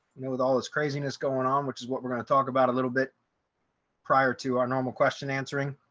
nine with all this craziness going on, which is what we're going to talk about a little bit prior to our normal question answering.